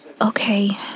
Okay